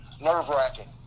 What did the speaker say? nerve-wracking